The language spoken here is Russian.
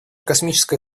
космическая